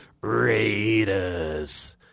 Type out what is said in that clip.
Raiders